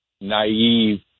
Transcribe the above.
naive